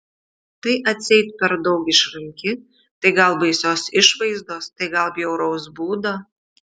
tai atseit per daug išranki tai gal baisios išvaizdos tai gal bjauraus būdo